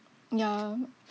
ya